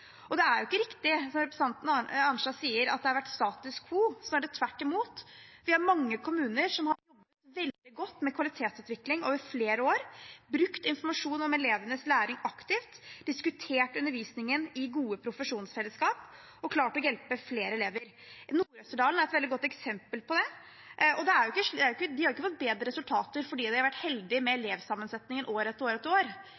Det er ikke riktig, som representanten Arnstad sier, at det har vært status quo. Snarere tvert imot er det mange kommuner som har jobbet veldig godt med kvalitetsutvikling over flere år, brukt informasjon om elevenes læring aktivt, diskutert undervisningen i gode profesjonsfellesskap og klart å hjelpe flere elever. Nord-Østerdal er et veldig godt eksempel på det. De har ikke fått bedre resultater fordi de har vært heldige med elevsammensetningen år etter år etter år. De har fått bedre resultater fordi de har